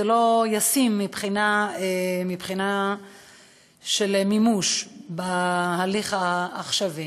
זה לא ישים מבחינה של מימוש בהליך שמתנהל עכשיו.